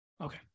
Okay